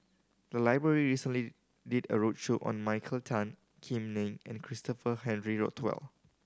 the library recently did a roadshow on Michael Tan Kim Nei and Christopher Henry Rothwell